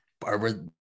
Barbara